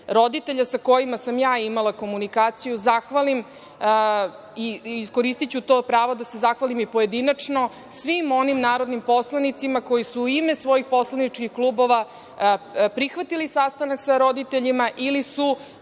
roditelja sa kojima sam ja imala komunikaciju zahvalim i iskoristiću to pravo da se zahvalim pojedinačno svim onim narodnim poslanicima koji su u ime svojih poslaničkih klubova prihvatili sastanak sa roditeljima ili su